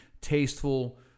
tasteful